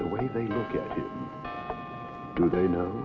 the way they look at who they know